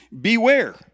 Beware